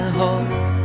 heart